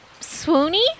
swoony